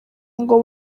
ngo